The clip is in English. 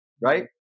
right